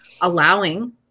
allowing